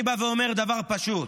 אני בא ואומר דבר פשוט,